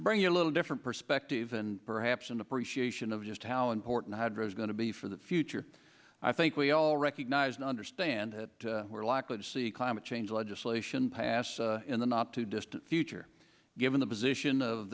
bring you a little different perspective and perhaps an appreciation of just how important hydro is going to be for the future i think we all recognise and understand that we're likely to see climate change legislation passed in the not too distant future given the position of